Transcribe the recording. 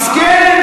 מסכן,